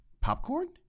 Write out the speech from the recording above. Popcorn